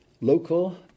local